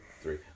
three